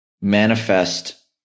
manifest